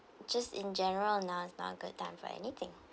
just in general not about good time for anything